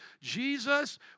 Jesus